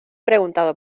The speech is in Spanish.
preguntado